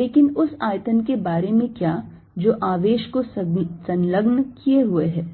लेकिन उस आयतन के बारे में क्या जो आवेश को संलग्न किए हुए है